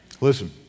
Listen